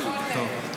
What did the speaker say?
טוב.